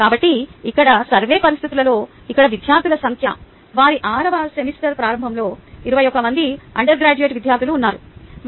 కాబట్టి ఇక్కడ సర్వే పరిస్థితులలో ఇక్కడ విద్యార్థుల సంఖ్య వారి 6 వ సెమిస్టర్ ప్రారంభంలో 21 మంది అండర్ గ్రాడ్యుయేట్ విద్యార్థులు ఉన్నారు